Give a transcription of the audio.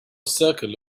circle